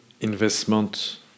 Investment